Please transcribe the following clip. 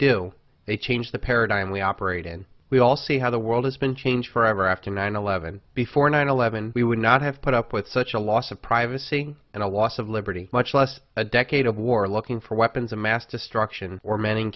do they change the paradigm we operate in we all see how the world has been changed forever after nine eleven before nine eleven we would not have put up with such a loss of privacy and a loss of liberty much less a decade of war looking for weapons of mass destruction or mannin